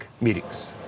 meetings